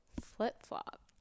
flip-flop